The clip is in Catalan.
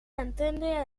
entendre